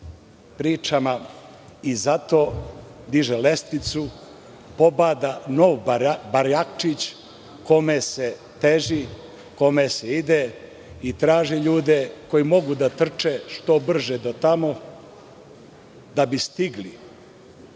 pričama. I zato diže lestvicu, pobada nov barjakčić kome se teži, kome se ide i traži ljude koji mogu da trče što brže do tamo da bi stigli